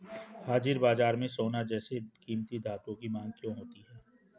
हाजिर बाजार में सोना जैसे कीमती धातुओं की मांग क्यों होती है